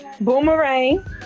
Boomerang